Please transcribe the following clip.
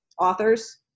authors